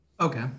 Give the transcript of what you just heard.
Okay